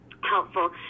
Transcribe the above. Helpful